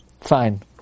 Fine